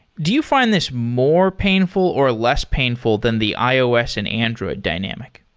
do you find this more painful or less painful than the ios and android dynamic?